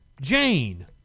Jane